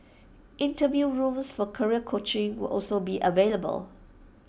interview rooms for career coaching will also be available